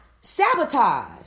sabotage